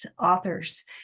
authors